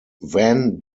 van